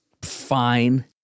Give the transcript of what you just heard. fine